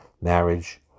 marriage